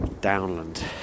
downland